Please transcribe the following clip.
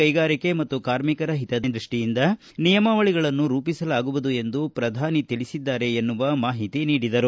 ಕೈಗಾರಿಕೆ ಮತ್ತು ಕಾರ್ಮಿಕರ ಹಿತರಕ್ಷಣೆ ದೃಷ್ಟಿಯಿಂದ ನಿಯಮಾವಳಿಗಳನ್ನು ರೂಪಿಸಲಾಗುವುದು ಎಂದು ಪ್ರಧಾನಿ ತಿಳಿಸಿದ್ದಾರೆ ಎಂದು ಮಾಹಿತಿ ನೀಡಿದರು